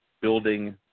building